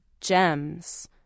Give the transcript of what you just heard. gems